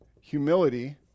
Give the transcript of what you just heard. humility